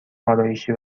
آرایشی